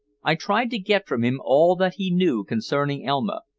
i tried to get from him all that he knew concerning elma,